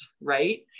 right